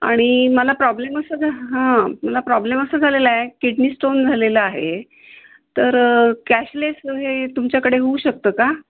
आणि मला प्रॉब्लेम असं झा हां मला प्रॉब्लेम असा झालेला आहे किडनी स्टोन झालेलं आहे तर कॅशलेस हे तुमच्याकडे होऊ शकतं का